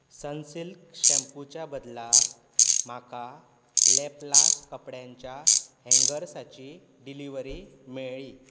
Sunsilk शॅम्पूचे बदला म्हाका लॅपलास्ट कपड्यांच्या हँगर्सांची डिलिव्हरी मेळ्ळी